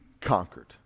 conquered